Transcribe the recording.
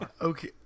Okay